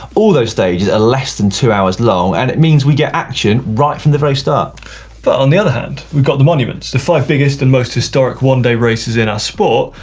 all those stages are less than two hours long and it means we get action right from the very start. but on the other hand, we've got the monuments, the five biggest and most historic one day races in our sport.